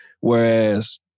Whereas